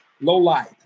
low-light